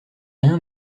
rien